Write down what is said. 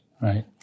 right